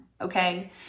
Okay